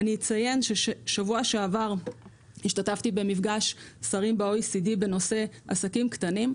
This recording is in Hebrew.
בשבוע שעבר השתתפתי במפגש שרים ב-OECD בנושא העסקים הקטנים,